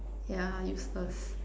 yeah useless